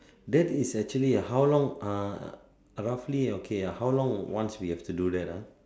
that is actually a how long ah roughly okay how long once we have to do that ah